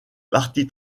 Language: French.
parti